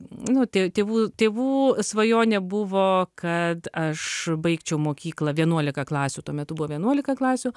nu tė tėvų tėvų svajonė buvo kad aš baigčiau mokyklą vienuolika klasių tuo metu buvo vienuolika klasių